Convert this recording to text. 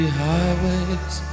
highways